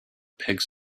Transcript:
pigs